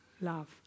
love